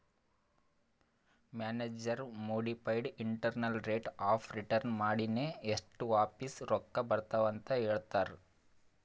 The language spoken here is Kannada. manager modified internal rate of return ಮಾಡಿನೆ ಎಸ್ಟ್ ವಾಪಿಸ್ ರೊಕ್ಕಾ ಬರ್ತಾವ್ ಅಂತ್ ಹೇಳ್ತಾರ್